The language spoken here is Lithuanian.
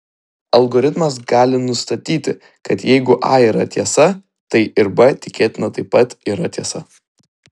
algoritmas gali nustatyti kad jeigu a yra tiesa tai ir b tikėtina taip pat yra tiesa